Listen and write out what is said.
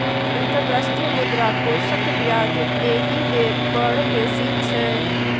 अंतर्राष्ट्रीय मुद्रा कोषक ब्याज एहि बेर बड़ बेसी छै